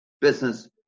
business